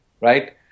right